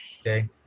Okay